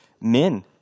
men